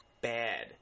bad